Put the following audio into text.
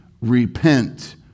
repent